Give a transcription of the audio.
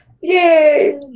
Yay